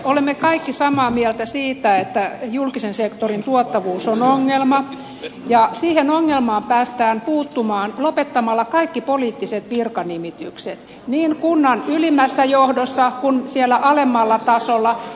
olemme kaikki samaa mieltä siitä että julkisen sektorin tuottavuus on ongelma ja siihen ongelmaan päästään puuttumaan lopettamalla kaikki poliittiset virkanimitykset niin kunnan ylimmässä johdossa kuin alemmalla tasolla